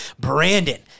Brandon